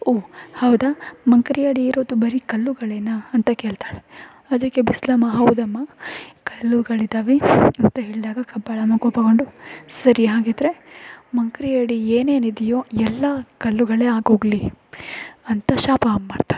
ಓಹ್ ಹೌದಾ ಮಂಕರಿ ಅಡಿ ಇರೋದು ಬರೀ ಕಲ್ಲುಗಳೇನಾ ಅಂತ ಕೇಳ್ತಾಳೆ ಅದಕ್ಕೆ ಬಿಸ್ಲಮ್ಮ ಹೌದಮ್ಮ ಕಲ್ಲುಗಳಿದ್ದಾವೆ ಅಂತ ಹೇಳಿದಾಗ ಕಬ್ಬಾಳಮ್ಮ ಕೋಪಗೊಂಡು ಸರಿ ಹಾಗಿದ್ದರೆ ಮಂಕರಿ ಅಡಿ ಏನೇನು ಇದೆಯೋ ಎಲ್ಲ ಕಲ್ಲುಗಳೇ ಆಗಿ ಹೋಗ್ಲಿ ಅಂತ ಶಾಪ ಮಾಡ್ತಾಳೆ